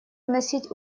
вносить